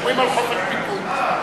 מדברים על חופש ביטוי.